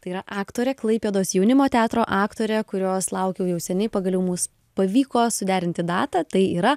tai yra aktorė klaipėdos jaunimo teatro aktorė kurios laukiau jau seniai pagaliau mus pavyko suderinti datą tai yra